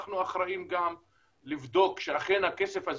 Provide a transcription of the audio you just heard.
אנחנו אחראים גם לבדוק שאכן הכסף הזה